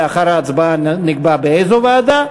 לאחר ההצבעה נקבע באיזו ועדה.